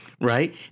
right